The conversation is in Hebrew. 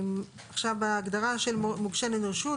בהגדרה של מורשה נגישות,